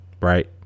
right